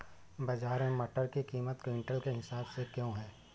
बाजार में मटर की कीमत क्विंटल के हिसाब से क्यो है?